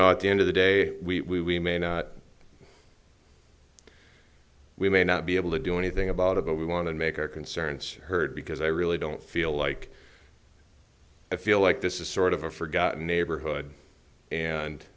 know at the end of the day we may not we may not be able to do anything about it but we want to make our concerns heard because i really don't feel like i feel like this is sort of a forgotten neighborhood and